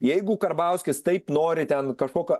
jeigu karbauskis taip nori ten kažkokio